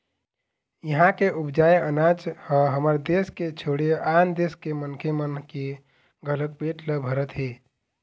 इहां के उपजाए अनाज ह हमर देस के छोड़े आन देस के मनखे मन के घलोक पेट ल भरत हे